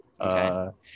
Okay